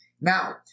Now